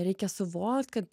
reikia suvokt kad